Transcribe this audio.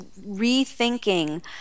rethinking